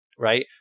Right